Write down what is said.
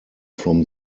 from